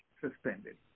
suspended